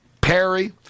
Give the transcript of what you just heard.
Perry